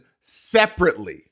separately